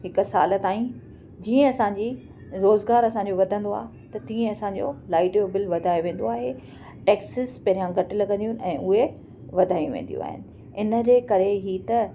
हिकु सालु ताईं जीअं असांजी रोज़गारु असांजो वधंदो आहे त तीअं असांजो लाइट जो बिल वधाए वेंदो आहे एक्सेस पहिरियों घटि लॻंदियूं ऐं उहे वधाई वेंदियूं आहिनि इन जे करे ई त